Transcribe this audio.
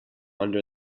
under